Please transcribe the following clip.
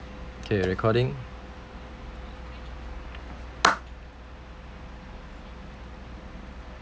okay recording